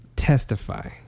testify